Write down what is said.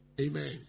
amen